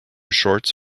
shorts